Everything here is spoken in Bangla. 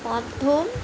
মাধ্যম